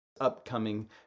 upcoming